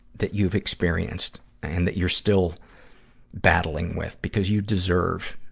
that you've experienced and that you're still battling with. because you deserve,